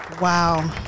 Wow